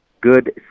good